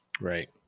Right